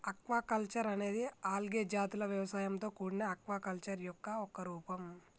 aquaculture అనేది algae జాతుల వ్యవసాయంతో కూడిన ఆక్వాకల్చర్ యొక్క ఒక రూపం